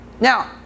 now